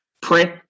print